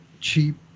cheap